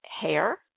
hair